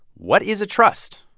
what is a trust?